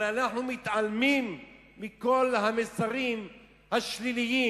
אבל אנחנו מתעלמים מכל המסרים השליליים